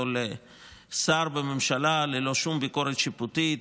לשר בממשלה ללא שום ביקורת שיפוטית,